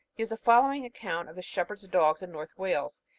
gives the following account of the shepherds' dogs in north wales.